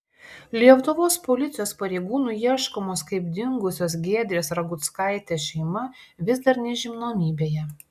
lietuvos policijos pareigūnų ieškomos kaip dingusios giedrės raguckaitės šeima vis dar nežinomybėje